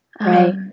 Right